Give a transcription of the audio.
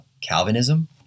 Calvinism